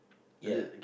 ya